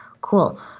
cool